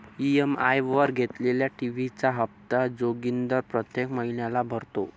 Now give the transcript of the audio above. EMI वर घेतलेल्या TV चा हप्ता जोगिंदर प्रत्येक महिन्याला भरतो